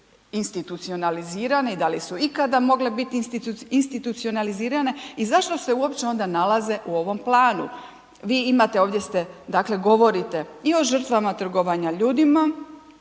institucionalizirane i da li su ikada mogle biti institucionalizirane i zašto se uopće onda nalaze u ovom planu. Vi imate, ovdje ste, dakle govorite i o žrtvama trgovanja ljudima,